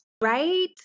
Right